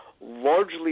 largely